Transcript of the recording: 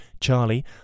charlie